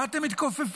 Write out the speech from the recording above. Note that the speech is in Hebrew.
מה אתם מתכופפים?